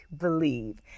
believe